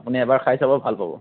আপুনি এবাৰ খাই চাব ভাল পাব